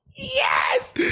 Yes